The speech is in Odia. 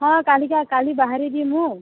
ହଁ କାଲିକା କାଲି ବାହାରିଯିମୁ